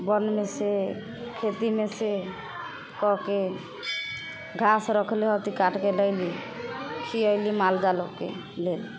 वनमेसँ खेतीमेसँ कऽ कऽ घास रखले हथी काटिके लैली खिएली माल जालके लेल